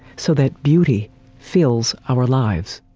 so that beauty fills our lives.